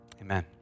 Amen